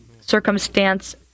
circumstance